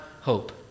hope